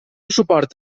suport